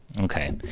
okay